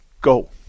go